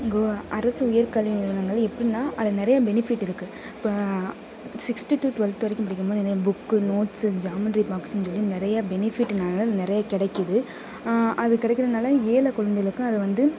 இங்கே அரசு உயர்கல்வி நிறுவனங்கள் எப்பிடின்னா அதில் நிறைய பெனிஃபிட் இருக்குது இப்போ சிக்ஸ்த்து டூ டுவெல்த் வரைக்கும் படிக்கும்போது இந்த புக்கு நோட்ஸு ஜாமெண்ட்ரி பாக்ஸுன்றது நிறைய பெனிஃபிட்னால் நிறைய கிடைக்கிது அது கிடைக்கிறனால ஏழை கொழந்தைகளுக்கும் அதை வந்து